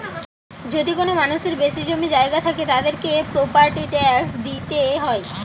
যদি কোনো মানুষের বেশি জমি জায়গা থাকে, তাদেরকে প্রপার্টি ট্যাক্স দিইতে হয়